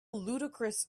ludicrous